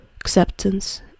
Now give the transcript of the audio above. acceptance